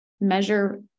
measure